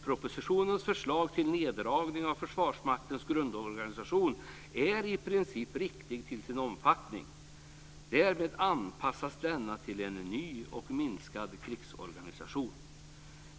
Propositionens förslag till neddragning av Försvarsmaktens grundorganisation är i princip riktigt till sin omfattning. Därmed anpassas denna till en ny och minskad krigsorganisation.